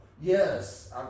yes